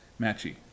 Matchy